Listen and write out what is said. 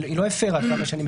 היא לא הפרה את הבידוד.